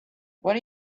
what